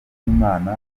ry’imana